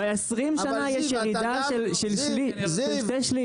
ב-20 שנים יש ירידה של שני-שלישים.